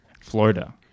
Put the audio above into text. Florida